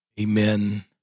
amen